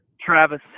Travis